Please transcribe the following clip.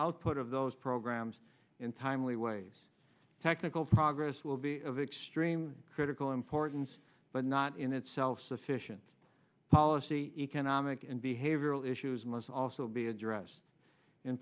output of those programs in timely waives technical progress will be of extreme critical importance but not in itself sufficient policy economic and behavioral issues must also be addressed in